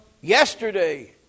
yesterday